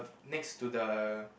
next to the